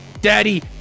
Daddy